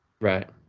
Right